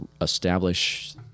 Establish